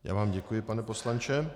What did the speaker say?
Já vám děkuji, pane poslanče.